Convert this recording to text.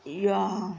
yeah